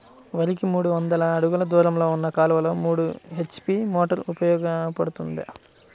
వరికి మూడు వందల అడుగులు దూరంలో ఉన్న కాలువలో మూడు హెచ్.పీ మోటార్ ఉపయోగపడుతుందా?